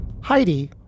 Heidi